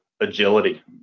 Agility